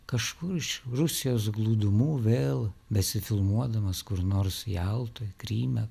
kažkur iš rusijos glūdumų vėl besifilmuodamas kur nors jaltoj kryme